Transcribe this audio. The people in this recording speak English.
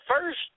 first